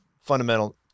fundamental